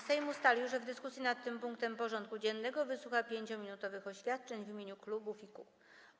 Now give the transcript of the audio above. Sejm ustalił, że w dyskusji nad tym punktem porządku dziennego wysłucha 5-minutowych oświadczeń w imieniu klubów i kół.